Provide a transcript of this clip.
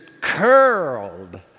curled